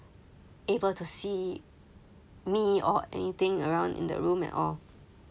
able to see me or anything around in the room at all